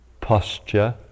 posture